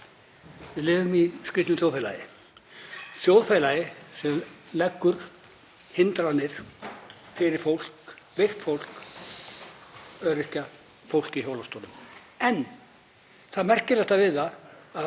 Við lifum í skrýtnu þjóðfélagi, þjóðfélagi sem leggur hindranir fyrir fólk, veikt fólk, öryrkja, fólk í hjólastólum. En það merkilegasta við það er